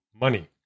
money